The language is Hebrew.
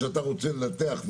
שאתה רוצה לנתח,